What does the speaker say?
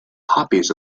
copies